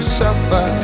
suffer